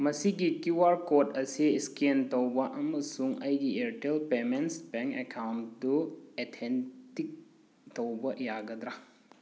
ꯃꯁꯤꯒꯤ Q R code ꯑꯁꯤ scan ꯇꯧꯕ ꯑꯃꯁꯨꯡ ꯑꯩꯒꯤ ꯑꯦꯌꯥꯔꯇꯦꯜ ꯄꯦꯃꯦꯟꯠꯁ ꯕꯦꯡ ꯑꯦꯀꯥꯎꯟ ꯇꯨ ꯑꯦꯊꯦꯟꯇꯤꯛ ꯇꯧꯕ ꯌꯥꯒꯗ꯭ꯔꯥ